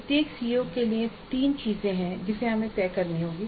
प्रत्येक सीओ के लिए तीन चीजें हैं जो हमें तय करनी होंगी